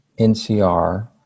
NCR